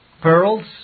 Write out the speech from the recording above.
Pearls